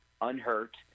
unhurt